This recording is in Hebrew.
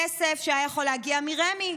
כסף שהיה יכול להגיע מרמ"י,